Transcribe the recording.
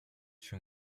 się